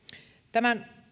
tämän